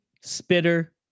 spitter